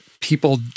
people